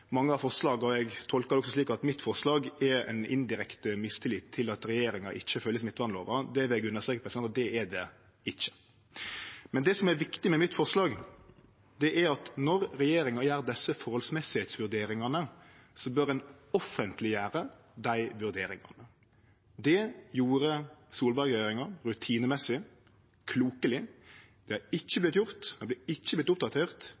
mitt forslag, er ein indirekte mistillit til at regjeringa ikkje følgjer smittevernlova. Eg vil understreke at det er det ikkje. Men det som er viktig med forslaget mitt, er at når regjeringa gjer desse vurderingane om forholdsmessigheit, bør ein offentleggjere dei vurderingane. Det gjorde Solberg-regjeringa rutinemessig, klokeleg – det har ikkje vorte gjort, det har ikkje vorte oppdatert